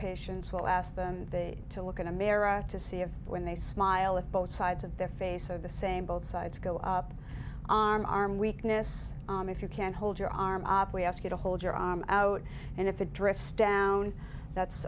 patients will ask them to look at america to see if when they smile at both sides of their face so the same both sides go up on arm weakness if you can hold your arm up we ask you to hold your arm out and if it drifts down that's